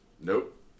Nope